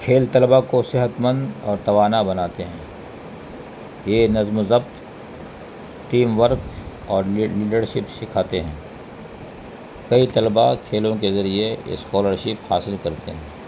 کھیل طلبا کو صحت مند اور توانا بناتے ہیں یہ نظم و ضبط ٹیم ورک اور لیڈرشپ سکھاتے ہیں کئی طلبا کھیلوں کے ذریعے اسکالرشپ حاصل کرتے ہیں